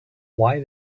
why